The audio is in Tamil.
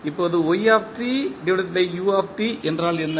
இப்போது என்றால் என்ன